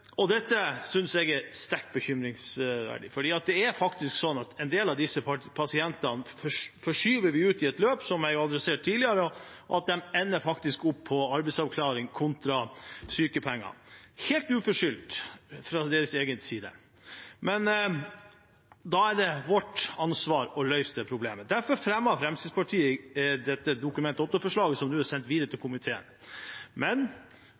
Dette synes jeg er sterkt bekymringsverdig. Det er faktisk sånn som jeg har snakket om tidligere, at vi skyver en del av disse pasientene ut i et løp der de helt uforskyldt ender opp med arbeidsavklaring kontra sykepenger. Da er det vårt ansvar å løse det problemet. Derfor har Fremskrittspartiet fremmet dette Dokument 8-forslaget som nå er sendt videre til komiteen. Men